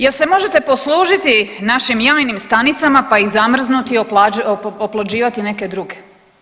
Je li se možete poslužiti našim jajnim stanicama pa ih zamrznuti, oplođivati neke druge?